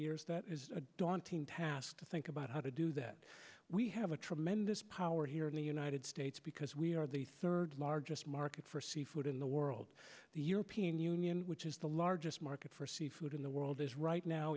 years that is a daunting task to think about how to do that we have a tremendous power here in the united states because we are the third largest market for seafood in the world the european union which is the largest market for seafood in the world is right now